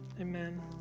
Amen